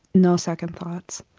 no second thoughts.